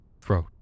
throat